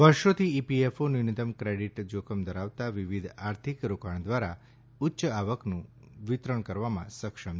વર્ષોથી ઇપીએફઓ ન્યૂનતમ ક્રેડિટ જોખમ ધરાવતા વિવિધ આર્થિક રોકાણ દ્વારા ઉચ્ય આવકનું વિતરણ કરવામાં સક્ષમ છે